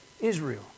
Israel